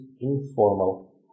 informal